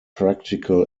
practical